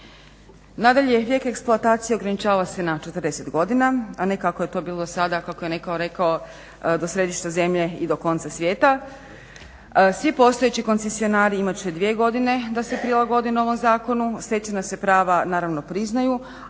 Nadalje, tijek eksploatacije ograničava se na 40 godina, a ne kako je to bilo sada, kako je netko rekao do središta zemlje i do konca svijeta. Svi postojeći koncesionari imat će dvije godine da se prilagode novom zakonu. Stečena se prava naravno priznaju,